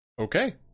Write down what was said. Okay